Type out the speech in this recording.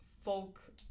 folk